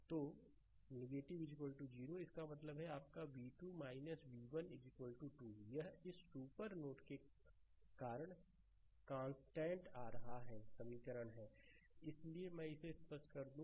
तो 0 इसका मतलब है कि आपका v2 v1 2 यह इस सुपर नोड के कारण कांस्टेंट आ रहा समीकरण है स्लाइड समय देखें 0746 इसलिए मैं इसे स्पष्ट कर दूं